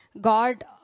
God